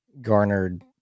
garnered